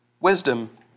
Wisdom